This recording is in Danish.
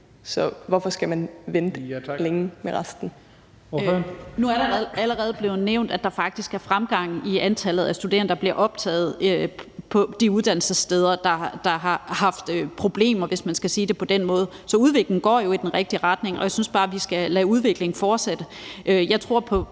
Tak. Ordføreren. Kl. 17:41 Karin Liltorp (M): Nu er det allerede blevet nævnt, at der faktisk er fremgang i antallet af studerende, der bliver optaget på de uddannelsessteder, der har haft problemer, hvis man skal sige det på den måde. Så udviklingen går jo i den rigtige retning, og jeg synes bare, vi skal lade udviklingen fortsætte.